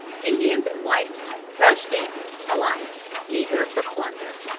indians and white men rushed in, alike eager for plunder.